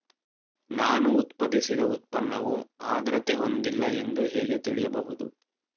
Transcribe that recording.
ನಾನು ಉತ್ಪಾದಿಸಿದ ಉತ್ಪನ್ನವು ಆದ್ರತೆ ಹೊಂದಿಲ್ಲ ಎಂದು ಹೇಗೆ ತಿಳಿಯಬಹುದು?